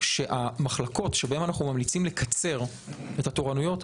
שהמחלקות שבהן אנחנו ממליצים לקצר את התורנויות,